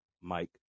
Mike